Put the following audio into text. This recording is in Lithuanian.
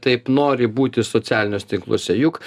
taip nori būti socialiniuose tinkluose juk